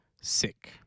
sick